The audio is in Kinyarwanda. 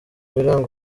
biranga